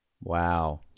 Wow